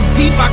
deep